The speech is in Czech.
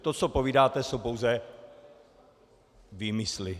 To, co povídáte, jsou pouze výmysly.